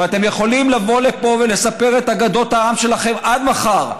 ואתם יכולים לבוא לפה ולספר את אגדות העם שלכם עד מחר.